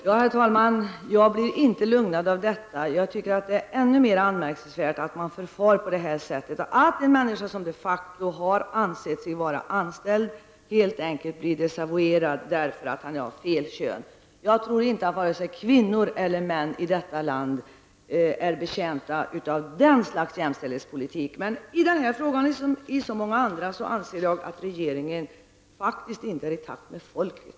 Herr talman! Jag blir inte lugnad av detta. Jag tycker att det är ännu mera anmärkningsvärt att man förfar på det här sättet. Att en människa som de facto har ansett sig vara anställd helt enkelt blir desavouerad därför att han är av fel kön. Jag tror inte att vare sig kvinnor eller män i detta land är betjänta av den sortens jämställdhetspolitik. Jag anser att regeringen i denna fråga liksom i så många andra faktiskt inte är i takt med folket.